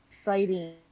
exciting